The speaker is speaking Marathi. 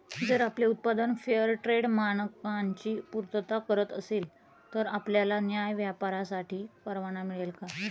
जर आपले उत्पादन फेअरट्रेड मानकांची पूर्तता करत असेल तर आपल्याला न्याय्य व्यापारासाठी परवाना मिळेल